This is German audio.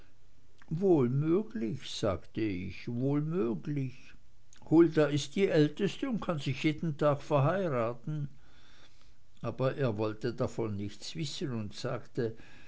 wohl möglich sagte ich wohl möglich hulda ist die älteste und kann sich jeden tag verheiraten aber er wollte davon nichts wissen und sagte